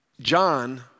John